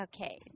Okay